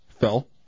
Phil